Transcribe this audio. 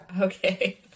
Okay